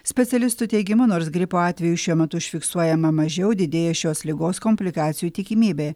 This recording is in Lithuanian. specialistų teigimu nors gripo atvejų šiuo metu užfiksuojama mažiau didėja šios ligos komplikacijų tikimybė